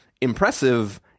impressive